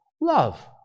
love